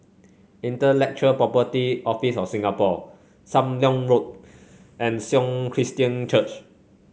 Intellectual Property Office of Singapore Sam Leong Road and Sion Christian Church